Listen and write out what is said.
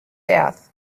death